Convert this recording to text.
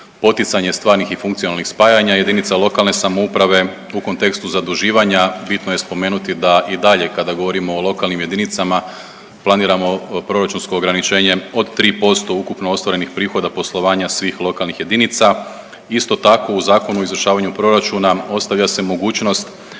poticanje stvarnih i funkcionalnih spajanja jedinica lokalne samouprave. U kontekstu zaduživanja bitno je spomenuti da i dalje kada govorimo o lokalnim jedinicama planiramo proračunsko ograničenje od 3% ukupno ostvarenih prihoda poslovanja svih lokalnih jedinica. Isto tako u Zakonu o izvršavanju proračuna ostavlja se mogućnost